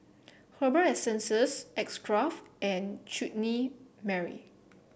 Herbal Essences X Craft and Chutney Mary